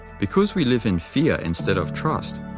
because we live in fear instead of trust,